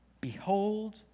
Behold